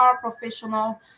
professional